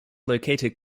located